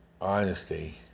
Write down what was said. honesty